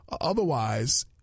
otherwise